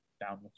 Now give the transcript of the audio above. down